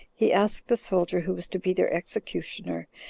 he asked the soldier who was to be their executioner,